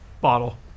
bottle